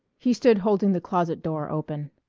he stood holding the closet door open.